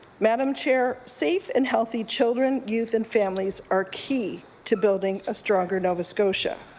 madam chair, safe and healthy children, youth and families are key to building a stronger nova scotia.